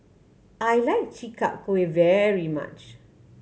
I like Chi Kak Kuih very much